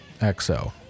XO